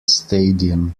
stadium